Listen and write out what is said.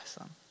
awesome